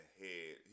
head